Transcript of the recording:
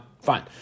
Fine